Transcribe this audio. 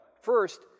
First